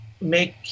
make